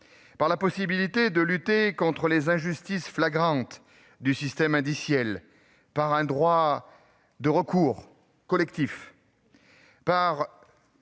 par la possibilité de lutter contre les injustices flagrantes du système indiciel, par l'institution d'un droit de recours collectif et par